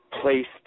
placed